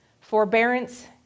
forbearance